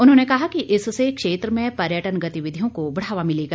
उन्होंने कहा कि इससे क्षेत्र में पर्यटन गतिविधियों को बढ़ावा मिलेगा